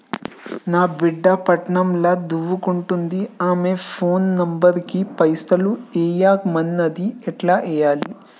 నా బిడ్డే పట్నం ల సదువుకుంటుంది ఆమె ఫోన్ నంబర్ కి పైసల్ ఎయ్యమన్నది ఎట్ల ఎయ్యాలి?